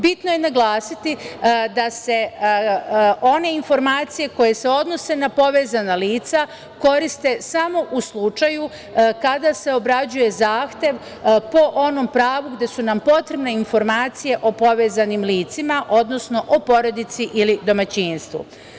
Bitno je naglasiti da se one informacije koje se odnose na povezana lica koriste samo u slučaju kada se obrađuje zahtev po onom pravu gde su nam potrebne informacije o povezanim licima, odnosno o porodici ili domaćinstvu.